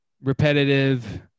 repetitive